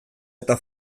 eta